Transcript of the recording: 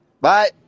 Bye